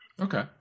Okay